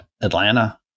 Atlanta